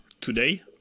today